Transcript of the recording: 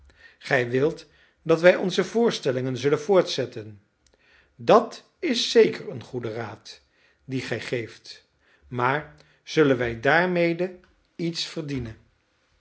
gij wilt dat wij onze voorstellingen zullen voortzetten dat is zeker een goede raad dien gij geeft maar zullen wij daarmede iets verdienen